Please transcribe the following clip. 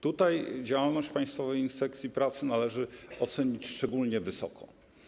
Tutaj działalność Państwowej Inspekcji Pracy należy ocenić szczególnie wysoko.